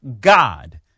God